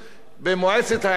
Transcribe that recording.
במועצת העיתונות